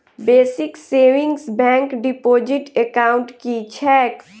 Basic savings bank deposit account की छैक?